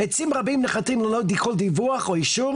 עצים רבים נכרתים ללא דיווח או אישור,